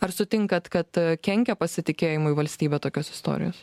ar sutinkat kad kenkia pasitikėjimui valstybe tokios istorijos